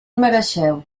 mereixeu